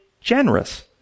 generous